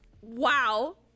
Wow